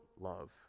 love